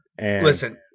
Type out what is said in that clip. Listen